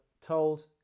told